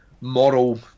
moral